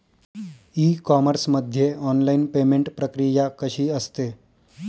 E commerce मध्ये online payment प्रक्रिया कशी असते?